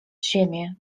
ziemię